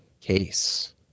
case